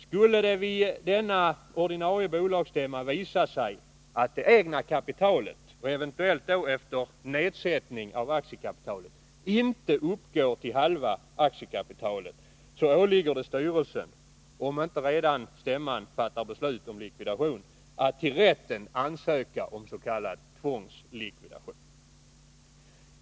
Skulle det vid denna ordinarie bolagsstämma visa sig att det egna kapitalet — eventuellt efter nedsättning av aktiekapitalet — inte uppgår till halva aktiekapitalet, åligger det styrelsen, om stämman inte fattat likvidationsbeslut, att hos rätten ansöka om tvångslikvidation.